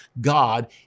God